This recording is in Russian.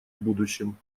будущем